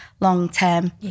long-term